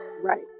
right